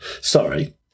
sorry